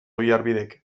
oiarbidek